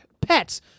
Pets